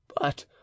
But